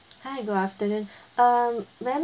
hi good afternoon um ma'am